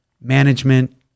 management